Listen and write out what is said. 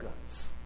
guns